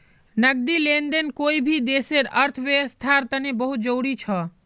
नकदी लेन देन कोई भी देशर अर्थव्यवस्थार तने बहुत जरूरी छ